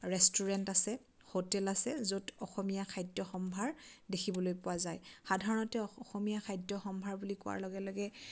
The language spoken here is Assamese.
ৰেষ্টুৰেণ্ট আছে হোটেল আছে য'ত অসমীয়া খাদ্য সম্ভাৰ দেখিবলৈ পোৱা যায় সাধাৰণতে অসমীয়া খাদ্য সম্ভাৰ বুলি কোৱাৰ লগে লগে